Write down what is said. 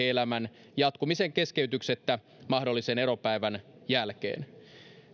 elämän jatkumisen keskeytyksettä mahdollisen eropäivän jälkeen